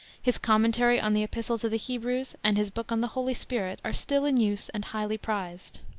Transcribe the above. his commentary on the epistle to the hebrews and his book on the holy spirit are still in use and highly prized.